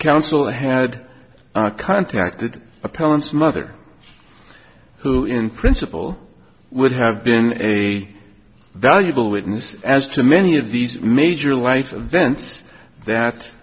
counsel had contacted appellants mother who in principle would have been a valuable witness as to many of these major life events that